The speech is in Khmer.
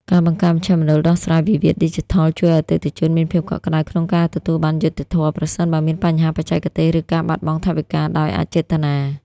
ការបង្កើត មជ្ឈមណ្ឌលដោះស្រាយវិវាទឌីជីថល ជួយឱ្យអតិថិជនមានភាពកក់ក្ដៅក្នុងការទទួលបានយុត្តិធម៌ ប្រសិនបើមានបញ្ហាបច្ចេកទេស ឬការបាត់បង់ថវិកាដោយអចេតនា។